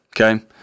Okay